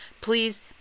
Please